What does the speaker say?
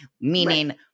meaning